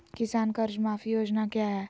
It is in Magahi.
किसान कर्ज माफी योजना क्या है?